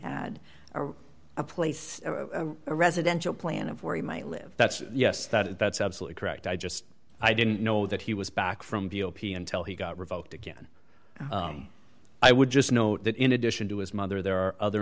had a place a residential plan of where he might live that's yes that's absolutely correct i just i didn't know that he was back from v o p until he got revoked again i would just note that in addition to his mother there are other